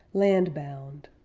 landbound